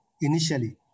initially